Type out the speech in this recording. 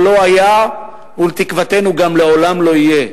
אבל לא היה, ולתקוותנו גם לעולם לא יהיה,